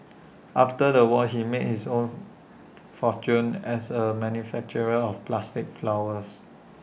after the war he made his own fortune as A manufacturer of plastic flowers